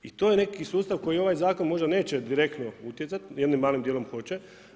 I to je neki sustav koji ovaj zakon, možda neće direktno utjecati, jednim malim dijelom hoće.